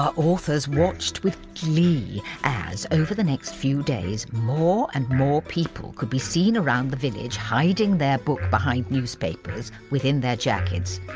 ah authors watched with glee as, over the next few days, more and more people could be seen around the village hiding their book behind newspapers, within their jackets,